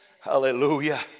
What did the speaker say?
Hallelujah